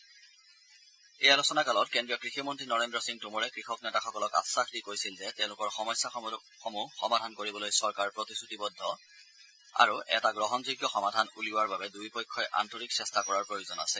ষষ্ঠলানি আলোচনা কালত কেন্দ্ৰীয় কৃষিমন্ত্ৰী নৰেন্দ্ৰ সিং টোমৰে কৃষক নেতাসকলক আয়াস দি কৈছিল যে তেওঁলোকৰ সমস্যাসমূহ সমাধান কৰিবলৈ চৰকাৰ প্ৰতিশ্ৰুতিবদ্ধ আৰু এটা গ্ৰহণযোগ্য সমাধান উলিওৱাৰ বাবে দুয়োপক্ষই আন্তৰিক চেষ্টা কৰাৰ প্ৰয়োজন আছে